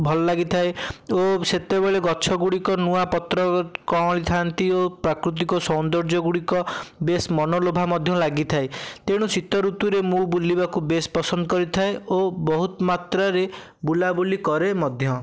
ଭଲ ଲାଗିଥାଏ ଓ ସେତେବେଳେ ଗଛ ଗୁଡ଼ିକ ନୂଆ ପତ୍ର କଅଁଳି ଥାଆନ୍ତି ଓ ପ୍ରାକୃତିକ ସୌନ୍ଦର୍ଯ୍ୟ ଗୁଡ଼ିକ ବେଶ ମନଲୋଭା ମଧ୍ୟ ଲାଗିଥାଏ ତେଣୁ ଶୀତ ଋତୁରେ ମୁଁ ବୁଲିବାକୁ ବେଶ ପସନ୍ଦ କରିଥାଏ ଓ ବହୁତ ମାତ୍ରାରେ ବୁଲା ବୁଲି କରେ ମଧ୍ୟ